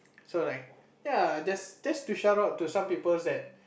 so like ya just just to shout out to some poeple's that